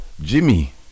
Jimmy